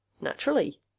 Naturally